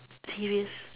serious